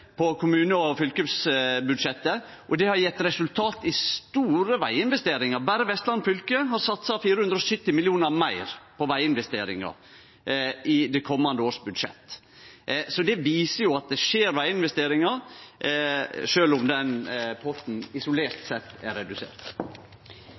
på kommune- og fylkesbudsjettet, og det har gjeve resultat i form av store veginvesteringar. Berre Vestland fylke har satsa 470 mill. kr meir på veginvesteringar i budsjettet for det komande året. Så det viser at det skjer veginvesteringar, sjølv om den potten isolert